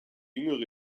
jüngere